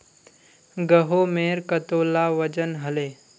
गहोमेर कतेला वजन हले